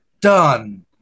done